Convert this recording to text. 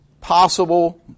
possible